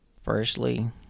Firstly